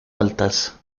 altas